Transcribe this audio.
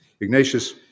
Ignatius